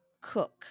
cook